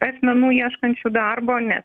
asmenų ieškančių darbo nes